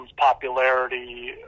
popularity